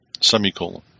semicolon